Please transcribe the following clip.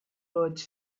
words